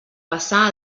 passar